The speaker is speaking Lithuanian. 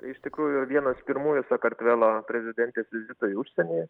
iš tikrųjų vienas pirmųjų sakartvelo prezidentės vizitų į užsienį